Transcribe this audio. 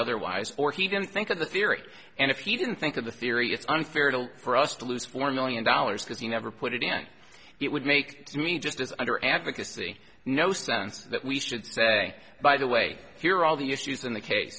otherwise or he didn't think of the theory and if you didn't think of the theory it's unfair to for us to lose four million dollars because you never put it in it would make me just as other advocacy no sense that we should say by the way here all the issues in the case